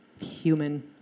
human